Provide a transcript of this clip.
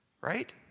right